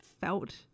felt